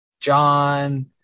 John